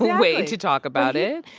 way to talk about it.